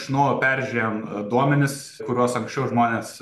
iš naujo peržiūrėjom duomenis kuriuos anksčiau žmonės